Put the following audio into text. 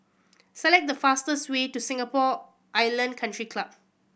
select the fastest way to Singapore Island Country Club